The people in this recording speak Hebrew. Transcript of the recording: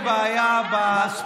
העם ניצח.